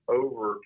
over